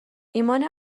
ایمان